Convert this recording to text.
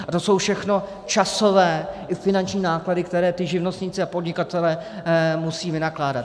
A to jsou všechno časové i finanční náklady, které ti živnostníci a podnikatelé musí vynakládat.